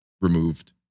removed